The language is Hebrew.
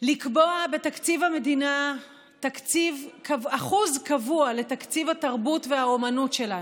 לקבוע בתקציב המדינה אחוז קבוע לתקציב התרבות והאומנות שלנו.